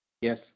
Yes